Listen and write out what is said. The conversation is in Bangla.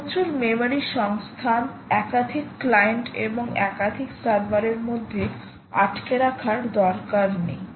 প্রচুর মেমারি সংস্থান একাধিক ক্লায়েন্ট এবং একাধিক সার্ভারের মধ্যে আটকে রাখার দরকার নেই